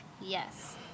Yes